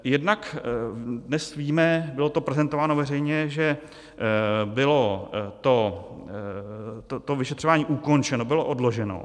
Jednak dnes víme, bylo to prezentováno veřejně, že bylo to vyšetřování ukončeno, bylo odloženo.